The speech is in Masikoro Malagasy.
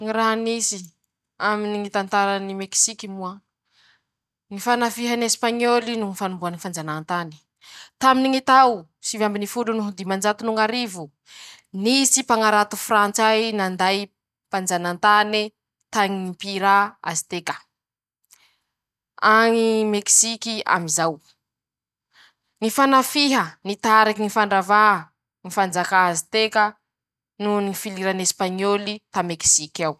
Ñy raha nisy aminy ñy tantarany Mekisiky moa: ñy fanafihany ñ'esipaiñôly noho ñy fanombohany ñy fanjanahantany, taminy ñy tao sivy ambiny folo no dimanjato noho arivo, nisy pañarato frantsay nanday panjanatany tañy pirà asitegà, añy mekisiky am'izao, ñy fanafiha nitariky ñy fandravà ñy fanjakà azy teka, noho ñy filirany esipañiôly ta mekisiky.